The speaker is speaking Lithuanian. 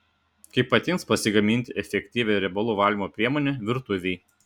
kaip patiems pasigaminti efektyvią riebalų valymo priemonę virtuvei